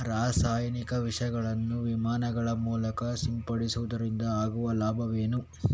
ರಾಸಾಯನಿಕ ವಿಷಗಳನ್ನು ವಿಮಾನಗಳ ಮೂಲಕ ಸಿಂಪಡಿಸುವುದರಿಂದ ಆಗುವ ಲಾಭವೇನು?